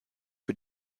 für